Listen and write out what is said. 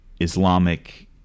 Islamic